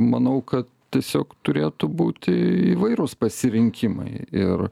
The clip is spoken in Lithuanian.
manau kad tiesiog turėtų būti įvairūs pasirinkimai ir